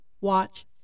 watch